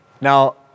Now